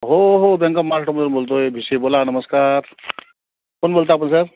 हो हो bank of माराठमधून बोलतो आहे भिशे बोला नमस्कार कोण बोलता आपण सर